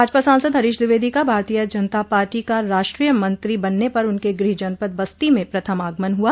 भाजपा सांसद हरीश द्विवेदी का भारतीय जनता पार्टी का राष्ट्रीय मंत्री बनने पर उनके गृह जनपद बस्ती में प्रथम आगमन हुआ